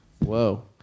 Whoa